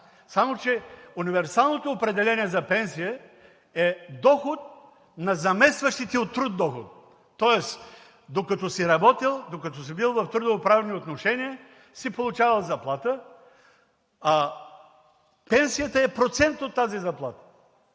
Само че универсалното определение за пенсия е „доход на заместващите от труд доходи“. Тоест, докато си работил, докато си бил в трудовоправни отношения, си получавал заплата, а пенсията е процент от тази заплата.